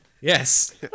Yes